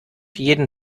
jeden